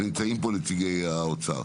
נמצאים פה נציגי האוצר.